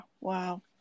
wow